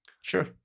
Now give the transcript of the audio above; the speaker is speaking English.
Sure